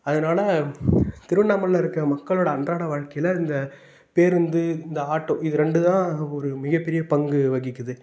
அதனால திருவண்ணாமலையில் இருக்க மக்களோட அன்றாட வாழ்க்கையில் இந்த பேருந்து இந்த ஆட்டோ இது ரெண்டுதான் ஒரு மிகப்பெரிய பங்கு வகிக்குது